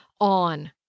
on